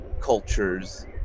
cultures